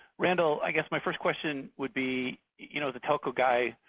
randall, i guess my first question would be you know as a telco guy,